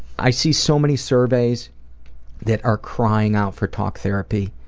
i see so many surveys that are crying out for talk therapy.